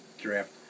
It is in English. draft